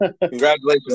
Congratulations